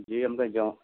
जी आमकां जेव